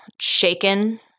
shaken